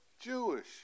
Jewish